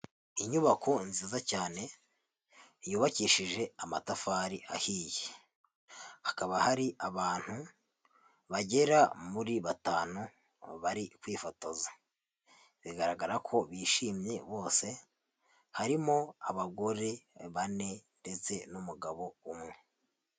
Inyubako nziza cyane yubakishije amatafari ahiye, hakaba hari abantu bagera muri batanu bari kwifotoza, bigaragara ko bishimye bose, harimo abagore bane ndetse n'umugabo umwe.